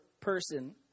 person